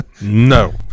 No